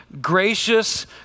gracious